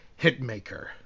Hitmaker